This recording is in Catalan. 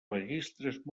registres